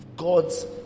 God's